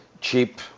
cheap